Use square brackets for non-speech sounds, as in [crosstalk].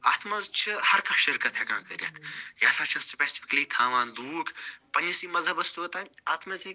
اَتھ منٛز چھِ ہر کانٛہہ شرکَت ہیٚکان کٔرِتھ یہِ ہسا چھ سِپیسفِکٔلی تھاوان لوٗکھ پَننِسٕے مذہبَس [unintelligible] اَتھ منٛز ہیٚکہِ